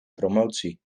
promotie